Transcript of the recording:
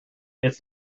it’s